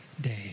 day